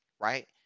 right